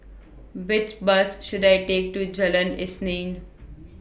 Which Bus should I Take to Jalan Isnin